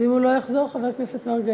אם הוא לא יחזור, חבר הכנסת מרגלית.